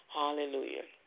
hallelujah